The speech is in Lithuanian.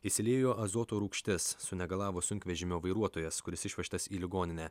išsiliejo azoto rūgštis sunegalavo sunkvežimio vairuotojas kuris išvežtas į ligoninę